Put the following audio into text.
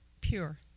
pure